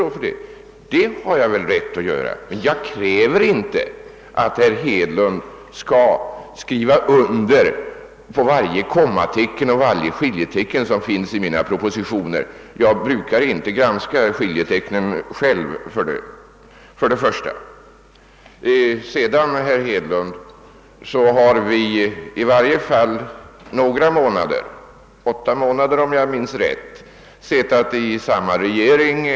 En sådan argumentering har jag alltså rätt att föra, men jag kräver inte att herr Hedlund skall skriva under på varje kommatecken eller varje annat skiljetecken i mina propositioner — jag brukar för övrigt inte granska skiljetecknen själv. Herr Hedlund och jag har en gång i tiden — under åtta månader, om jag minns rätt — suttit i samma regering.